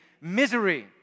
misery